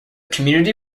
community